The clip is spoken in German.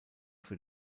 für